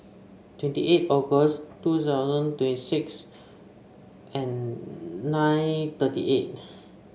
twenty eight August two thousand twenty six and nine thirty eight